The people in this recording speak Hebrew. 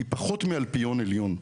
היא פחות מאלפיון עליון.